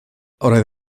oedd